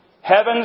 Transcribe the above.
Heaven's